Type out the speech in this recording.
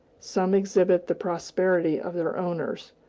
some exhibit the prosperity of their owners,